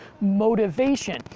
motivation